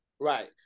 right